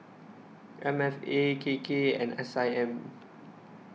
M F A K K and S I M